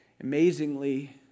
amazingly